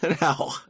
Now